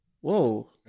Whoa